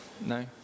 No